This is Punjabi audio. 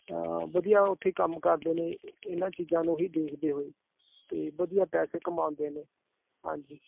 ਵਧੀਆ ਉੱਥੇ ਕੰਮ ਕਰਦੇ ਨੇ ਇਹਨਾਂ ਚੀਜ਼ਾਂ ਨੂੰ ਹੀ ਦੇਖਦੇ ਹੋਏ ਅਤੇ ਵਧੀਆ ਪੈਸੇ ਕਮਾਉਂਦੇ ਨੇ ਹਾਂਜੀ